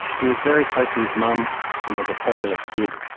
he was very close to his mum and was a popular kid.